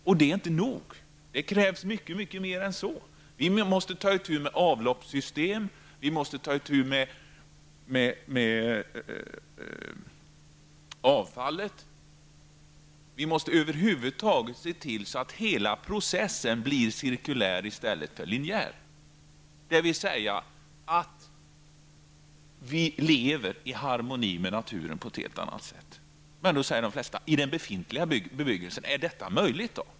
Och det är inte nog. Det krävs mycket mycket mer än så. Vi måste ta itu med avloppssystemen och avfallen. Vi måste över huvud taget se till att hela processen blir cirkulär i stället för linjär, dvs. att vi lever i harmoni med naturen på ett helt annat sätt än tidigare. Då frågar de flesta: Är detta möjligt i den befintliga bebyggelsen?